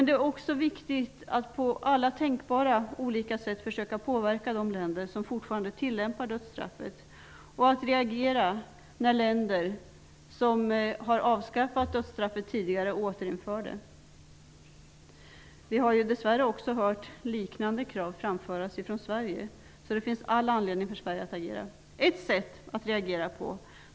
Det är också viktigt att man på alla tänkbara sätt försöker påverka de länder som fortfarande tillämpar dödsstraffet och att man reagerar när länder som tidigare har avskaffat dödsstraffet återinför det. Vi har dess värre hört liknande krav framföras i Sverige. Därför finns det all anledning för Sverige att agera.